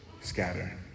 scatter